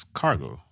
cargo